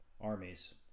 armies